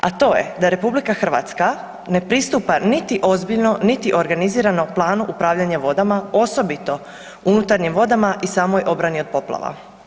A to je da RH ne pristupa niti ozbiljno, niti organizirano planu upravljanja vodama osobito unutarnjim vodama i samoj obrani od poplava.